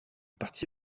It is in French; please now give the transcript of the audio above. parti